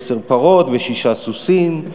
עשר פרות ושישה סוסים,